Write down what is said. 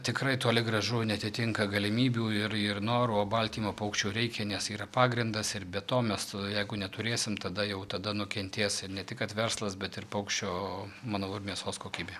tikrai toli gražu neatitinka galimybių ir ir noro o baltymo paukščiui reikia nes yra pagrindas ir be to mes jeigu neturėsim tada jau tada nukentės ir ne tik kad verslas bet ir paukščio manau ir mėsos kokybė